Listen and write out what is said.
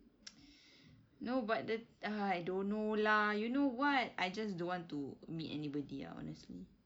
no but the ah I don't know lah you know what I just don't want to meet anybody ah honestly